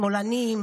שמאלנים,